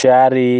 ଚାରି